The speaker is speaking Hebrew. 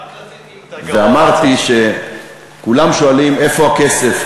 רק רציתי, אמרתי שכולם שואלים: איפה הכסף?